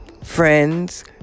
Friends